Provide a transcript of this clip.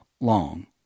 long